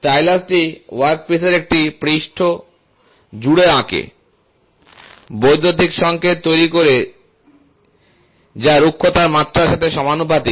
স্টাইলাসটি ওয়ার্কপিসের একটি পৃষ্ঠ জুড়ে আঁকে বৈদ্যুতিক সংকেত তৈরি করে যা রূক্ষতার মাত্রার সাথে সমানুপাতিক